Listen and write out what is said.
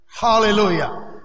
Hallelujah